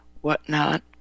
whatnot